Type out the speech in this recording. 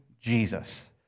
Jesus